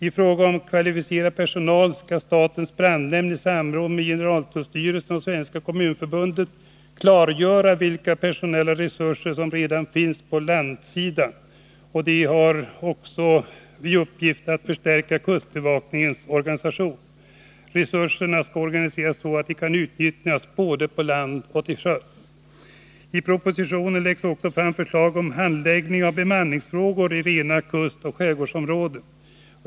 I fråga om kvalificerad personal skall statens brandnämnd i samråd med generaltullstyrelsen och Svenska kommunförbundet klargöra vilka personella resurser som redan finns på landsidan och hur kustbevakningens organisation skall kunna förstärkas. Resurserna skall organiseras så att de kan utnyttjas både på land och till sjöss. I propositionen läggs också fram förslag om handläggningen av bemanningsfrågor i rena kustoch skärgårdsområden.